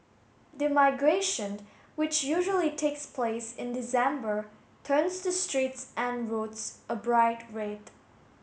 the migration which usually takes place in December turns the streets and roads a bright red